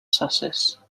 success